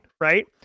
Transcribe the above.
right